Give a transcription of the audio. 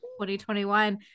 2021